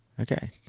Okay